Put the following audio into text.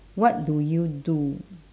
what do you do